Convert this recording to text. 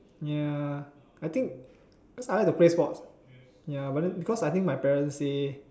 ya I think cause I like to play sports ya but then because I think my parents say